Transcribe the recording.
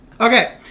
Okay